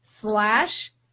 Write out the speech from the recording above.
slash